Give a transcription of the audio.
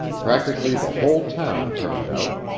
practically the whole town turned out.